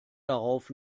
darauf